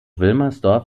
wilmersdorf